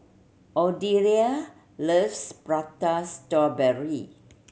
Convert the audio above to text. Odelia loves Prata Strawberry